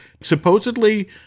Supposedly